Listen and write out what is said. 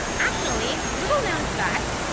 actually, little known fact,